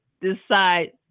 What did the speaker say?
decide